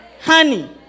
Honey